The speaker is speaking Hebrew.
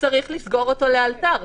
צריך לסגור אותו לאלתר.